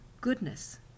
goodness